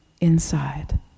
inside